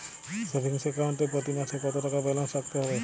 Savings account এ প্রতি মাসে কতো টাকা ব্যালান্স রাখতে হবে?